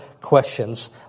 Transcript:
questions